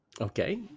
Okay